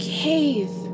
cave